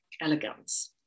elegance